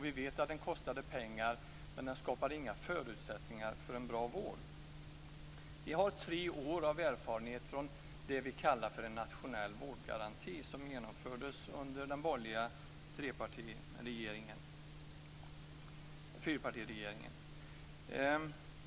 Vi vet att den kostade pengar, men den skapade inga förutsättningar för en bra vård. Vi har tre års erfarenhet av det vi kallar en nationell vårdgaranti, som genomfördes under den borgerliga fyrpartiregeringen.